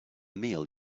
meal